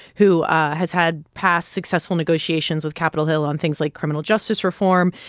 who has had past successful negotiations with capitol hill on things like criminal justice reform.